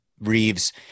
Reeves